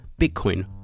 Bitcoin